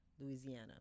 Louisiana